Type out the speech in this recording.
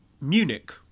munich